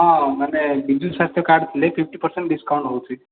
ହଁ ମାନେ ବିଜୁ ସ୍ୱାସ୍ଥ୍ୟ କାର୍ଡ଼ ଥିଲେ ଫିଫ୍ଟି ପରସେଣ୍ଟ ଡିସ୍କାଉଣ୍ଟ ହେଉଛି